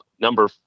number